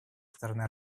стороны